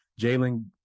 Jalen